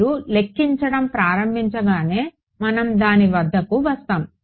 మీరు లెక్కించడం ప్రారంభించగానే మనం దాని వద్దకు వస్తాము